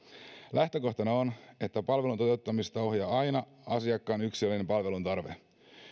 lähtökohtana on että palvelun toteuttamista ohjaa aina asiakkaan yksilöllinen palveluntarve